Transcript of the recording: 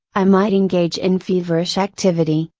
i might engage in feverish activity,